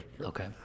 Okay